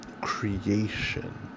creation